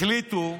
החליטו,